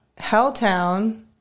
Helltown